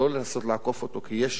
כי יש